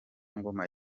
ngoma